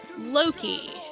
Loki